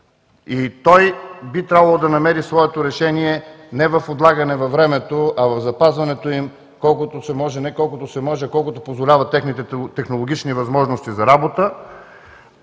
и той би трябвало да намери своето решение не в отлагане във времето, а в запазването им, колкото се може, не колкото се може, а колкото позволяват техните технологични възможности за работа.